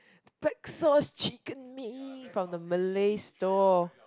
Texas chicken meat from the Malay store